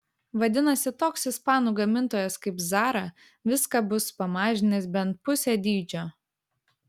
vadinasi toks ispanų gamintojas kaip zara viską bus pamažinęs bent pusę dydžio